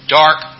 dark